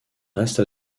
reste